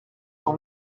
son